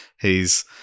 He's-